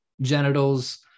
genitals